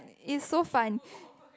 it's so fun